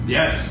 Yes